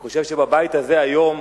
אני חושב שבבית הזה היום,